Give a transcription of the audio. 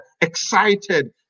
excited